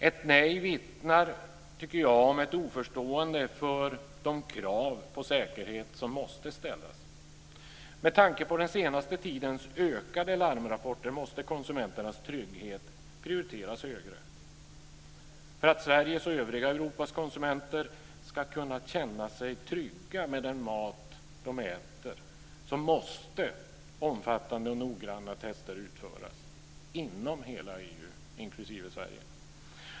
Ett nej vittnar, tycker jag, om ett oförstående för de krav på säkerhet som måste ställas. Med tanke på den senaste tidens ökade larmrapporter måste konsumenternas trygghet prioriteras högre. För att Sveriges och övriga Europas konsumenter ska kunna känna sig trygga med den mat de äter måste omfattande och noggranna test utföras inom hela EU inklusive Sverige.